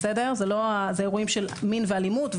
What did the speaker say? אלו אירועים של מין ואלימות,